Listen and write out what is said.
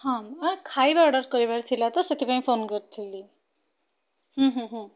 ହଁ ଏ ଖାଇବା ଅର୍ଡ଼ର୍ କରିବାର ଥିଲା ତ ସେଥିପାଇଁ ଫୋନ୍ କରିଥିଲି ହୁଁ ହୁଁ ହୁଁ